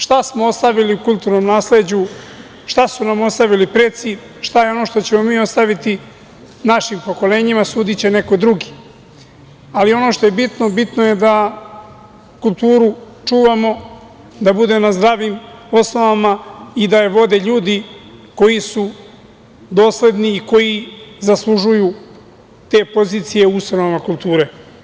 Šta smo ostavili u kulturnom nasleđu, šta su nam ostavili preci, šta je ono što ćemo mi ostaviti našim pokolenjima sudiće neko drugi, ali ono što je bitno, bitno je da kulturu čuvamo da bude na zdravim osnovama i da je vode ljudi koji su dosledni i koji zaslužuju te pozicije u ustanovama kulture.